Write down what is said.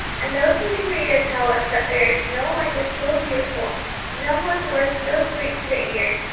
and those who can read it tell us that there is no language so beautiful none with words so sweet to the ear,